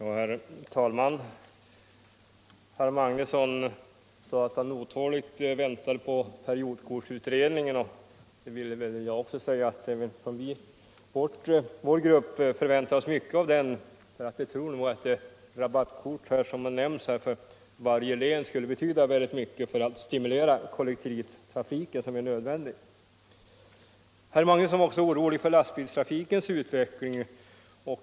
Herr talman! Herr Magnusson i Kristinehamn sade att han otåligt väntar på periodkortsutredningen, och även vi från vår grupp väntar oss mycket av den. Vi tror nämligen att det rabattkort för varje län som har nämnts här skulle betyda mycket för att stimulera kollektivtrafiken, vilket är nödvändigt. Herr Magnusson var också orolig för lastbilstrafikens utveckling.